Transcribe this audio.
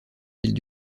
villes